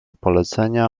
polecenia